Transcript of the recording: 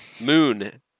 moon